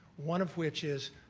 one of which is